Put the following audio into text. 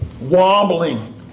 wobbling